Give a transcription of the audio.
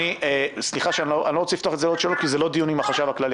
אני לא רוצה לפתוח את זה עוד כי זה לא דיון עם החשב הכללי.